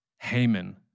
Haman